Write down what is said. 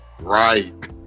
right